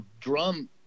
drum